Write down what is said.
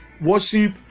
worship